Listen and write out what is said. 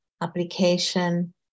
application